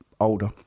older